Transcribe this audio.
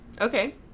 Okay